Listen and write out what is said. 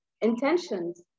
intentions